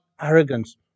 Arrogance